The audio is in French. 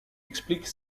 explique